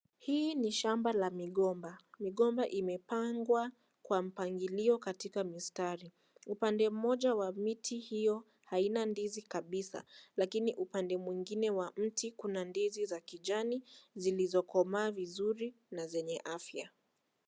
Hii ni shamba la migomba, migomba imepangwa kwa mpangilio katika mistari upande mmoja wa miti hio haina ndizi kabisa lakini upande mwingine wa mti kuna ndizi za kijani zillizokomaa vizuri na zenye afya.